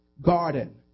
garden